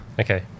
Okay